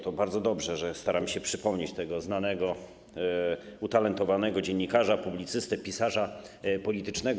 To bardzo dobrze, że staramy się przypomnieć tego znanego, utalentowanego dziennikarza, publicystę, pisarza politycznego.